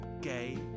Gay